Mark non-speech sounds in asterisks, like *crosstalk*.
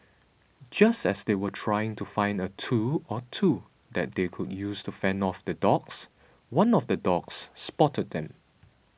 *noise* just as they were trying to find a tool or two that they could use to fend off the dogs one of the dogs spotted them